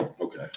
Okay